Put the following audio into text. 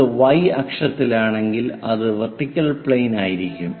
അത് y അക്ഷത്തിലാണെങ്കിൽ അത് വെർട്ടിക്കൽ പ്ലെയിനിൽ ആയിരിക്കും